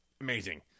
amazing